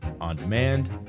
on-demand